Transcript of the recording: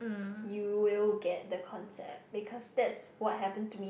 you will get the concept because that's what happened to me